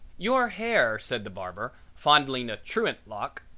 your hair, said the barber, fondling a truant lock,